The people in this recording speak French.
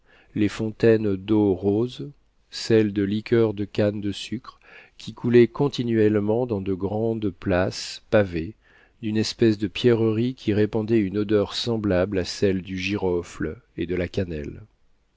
les fontaines d'eau pure les fontaines deau rose celles de liqueurs de cannes de sucre qui coulaient continuellement dans de grandes places pavées d'une espèce de pierreries qui répandaient une odeur semblable à celle du girofle et de la cannelle